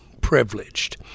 privileged